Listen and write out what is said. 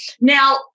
Now